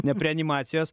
ne pri animacijos